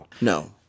No